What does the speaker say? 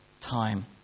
time